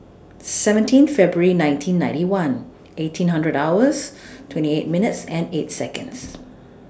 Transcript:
seventeen February nineteen ninety one eighteen hundred hours twenty eight minutes and eight Seconds